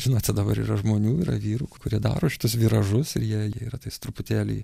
žinote dabar yra žmonių yra vyrų kurie daro šitus viražus ir jie jie yra tais truputėlį